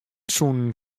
soene